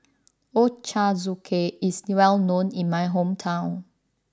Ochazuke is well known in my hometown